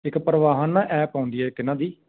ਇੱਕ ਪਰਿਵਾਹਨ ਨਾ ਐਪ ਆਉਂਦੀ ਹੈ ਇੱਕ ਇੰਨਾ ਦੀ